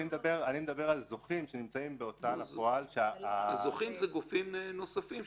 אני מדבר על זוכים שנמצאים בהוצאה לפועל --- הזוכים זה גופים נוספים,